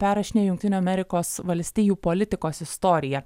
perrašinėjo jungtinių amerikos valstijų politikos istoriją